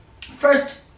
first